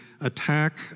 attack